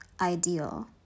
ideal